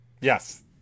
Yes